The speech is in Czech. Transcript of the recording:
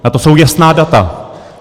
Na to jsou jasná data.